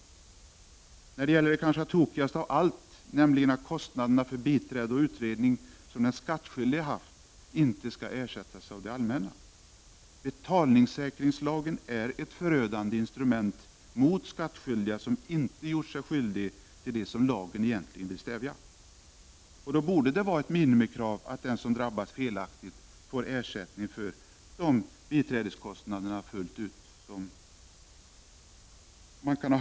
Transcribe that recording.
Det gäller också något som kanske är tokigast av allt, nämligen att kostnader för biträde och utredning som den skattskyldige haft inte skall ersättas av det allmänna. Betalningssäkringslagen är ett förödande instrument mot skattskyldiga som inte har gjort sig skyldiga till det som lagen vill stävja. Då borde det vara ett minimikrav att den som drabbas felaktigt får ersättning för eventuella biträdeskostnader fullt ut.